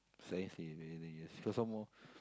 precisely really because some more